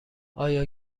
آیا